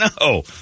no